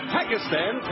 Pakistan